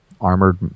armored